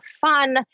fun